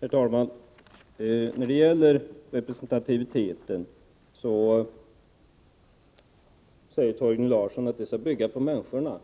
Herr talman! När det gäller representativiteten säger Torgny Larsson att den skall bygga på människorna.